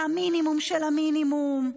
למינימום של המינימום.